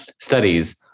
studies